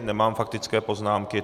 Nemám faktické poznámky.